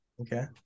Okay